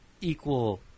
equal